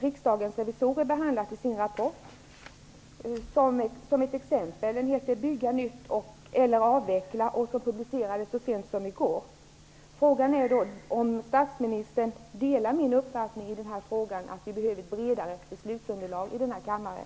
Riksdagens revisorer har också behandlat detta i sin rapport Bygga nytt eller avveckla? Den publicerades så sent som i går. Delar statsministern min uppfattning i frågan att det behövs ett bredare beslutsunderlag i kammaren?